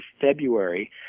February